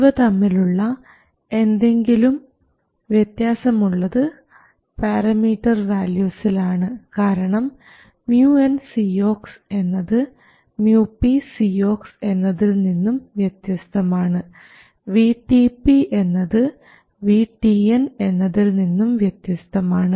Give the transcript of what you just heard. ഇവ തമ്മിലുള്ള എന്തെങ്കിലും വ്യത്യാസം ഉള്ളത് പാരാമീറ്റർ വാല്യൂസിൽ ആണ് കാരണം µncox എന്നത് µpcox എന്നതിൽ നിന്നും വ്യത്യസ്തമാണ് VTP എന്നത് VTN എന്നതിൽ നിന്നും വ്യത്യസ്തമാണ്